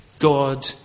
God